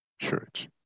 church